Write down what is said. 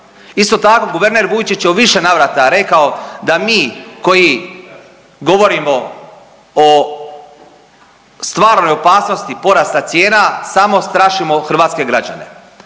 Isto tako guverner Vujčić je u više navrata rekao, da mi koji govorimo o stvarnoj opasnosti porasta cijena samo strašimo hrvatske građane.